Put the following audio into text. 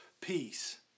peace